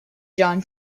john